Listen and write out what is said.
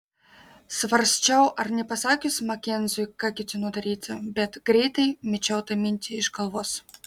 svarsčiau ar nepasakius makenziui ką ketinu daryti bet greitai mečiau tą mintį iš galvos